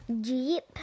jeep